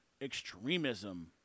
Extremism